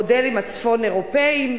המודלים הצפון-אירופיים.